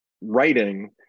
writing